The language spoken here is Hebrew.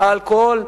האלכוהול,